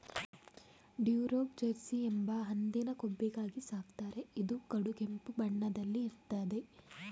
Duroc Jersey ಎಂಬ ಹಂದಿನ ಕೊಬ್ಬಿಗಾಗಿ ಸಾಕ್ತಾರೆ ಇದು ಕಡುಗೆಂಪು ಬಣ್ಣದಲ್ಲಿ ಇರ್ತದೆ